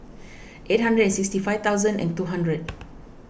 eight hundred and sixty five thousand and two hundred